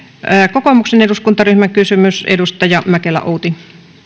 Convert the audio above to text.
kokoomuksen eduskuntaryhmän kysymys edustaja outi mäkelä